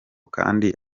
kandi